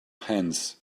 hands